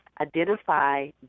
identify